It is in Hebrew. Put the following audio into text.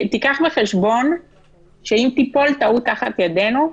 תיקח בחשבון שאם תיפול טעות תחת ידינו,